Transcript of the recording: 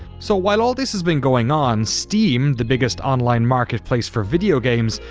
so while all this has been going on, steam, the biggest online marketplace for video games,